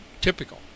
typical